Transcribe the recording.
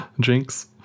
Jinx